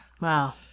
wow